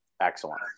Excellent